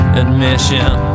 admission